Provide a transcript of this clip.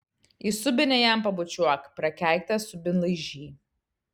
į subinę jam pabučiuok prakeiktas subinlaižy